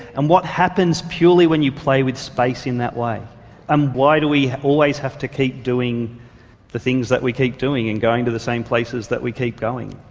and what happens purely when you play with space in that way and why do we always have to keep doing the things that we keep doing and going to the same places that we keep going